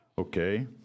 Okay